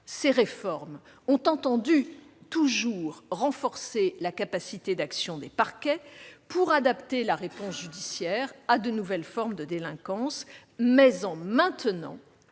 Ces réformes ont toujours entendu renforcer la capacité d'action des parquets pour adapter la réponse judiciaire à de nouvelles formes de délinquance mais en maintenant